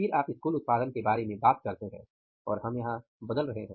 फिर आप इस कुल उत्पादन के बारे में बात करते हैं और हम यहां बदल रहे हैं